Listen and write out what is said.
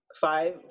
five